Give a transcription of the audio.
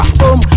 boom